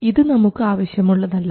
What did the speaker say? ഇത് നമുക്ക് ആവശ്യമുള്ളതല്ല